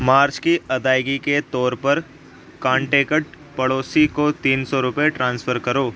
مارچ کی ادائیگی کے طور پر کانٹیکٹ پڑوسی کو تین سو روپے ٹرانسفر کرو